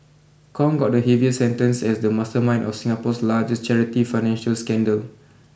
Kong got the heaviest sentence as the mastermind of Singapore's largest charity financial scandal